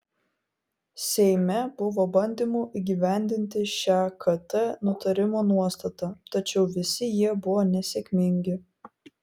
seime buvo bandymų įgyvendinti šią kt nutarimo nuostatą tačiau visi jie buvo nesėkmingi